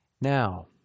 Now